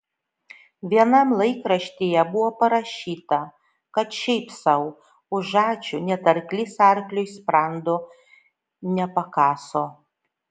vienam laikraštyje buvo parašyta kad šiaip sau už ačiū net arklys arkliui sprando nepakaso